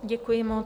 Děkuji moc.